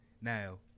Now